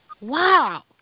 Wow